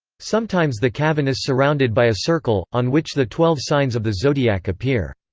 sometimes the cavern is surrounded by a circle, on which the twelve signs of the zodiac appear.